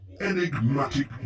Enigmatic